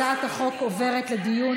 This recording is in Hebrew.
הצעת החוק עוברת לדיון